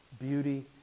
beauty